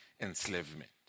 enslavement